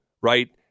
right